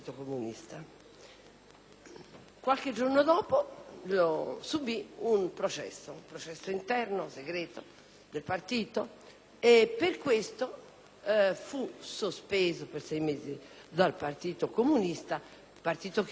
Qualche giorno dopo subì un processo interno, segreto, dal partito. Per questo fu sospeso per sei mesi dal Partito comunista; partito che, naturalmente, lasciò